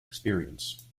experience